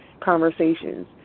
conversations